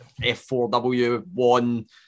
F4W1